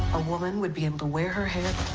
a woman would be able to wear her hair